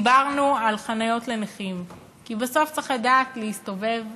דיברנו על חניות לנכים, כי בסוף צריך לדעת להסתובב